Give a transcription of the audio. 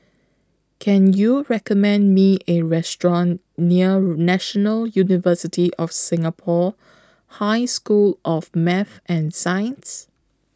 Can YOU recommend Me A Restaurant near National University of Singapore High School of Math and Science